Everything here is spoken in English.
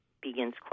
begins